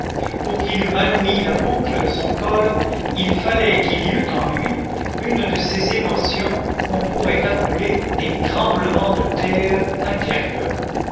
pour qu'il eût mal mis la boucle de son col il fallait qu'il y eût en lui une de ces émotions qu'on pourrait appeler des tremblements de terre intérieurs